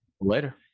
Later